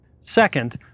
Second